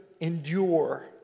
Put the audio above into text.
endure